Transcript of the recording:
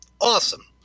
Awesome